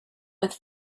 with